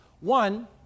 One